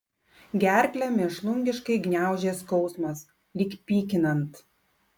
gerklę mėšlungiškai gniaužė skausmas lyg pykinant